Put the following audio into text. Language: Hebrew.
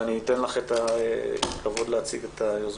ואני אתן לך את הכבוד להציג את היוזמה.